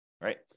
right